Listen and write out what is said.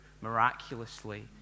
miraculously